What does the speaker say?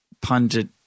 pundit